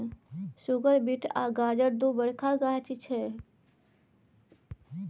सुगर beet आ गाजर दु बरखा गाछ छै